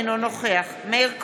אינו נוכח מאיר כהן,